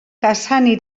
cassany